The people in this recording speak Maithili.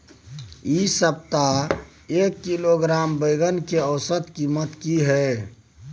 इ सप्ताह एक किलोग्राम बैंगन के औसत कीमत की हय?